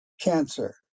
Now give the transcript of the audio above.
cancer